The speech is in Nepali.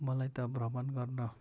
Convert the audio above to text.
मलाई त भ्रमण गर्न